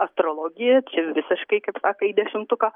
astrologiją čia visiškai kaip sako į dešimtuką